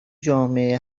جامعه